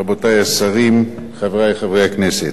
רבותי השרים, חברי חברי הכנסת,